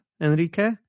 Enrique